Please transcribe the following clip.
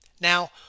Now